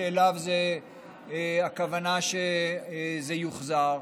שאליו הכוונה שזה יוחזר.